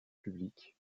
publique